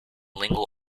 lingual